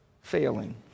failing